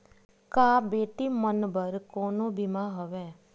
का बेटी मन बर कोनो बीमा हवय?